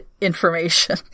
information